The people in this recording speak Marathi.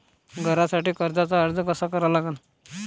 घरासाठी कर्जाचा अर्ज कसा करा लागन?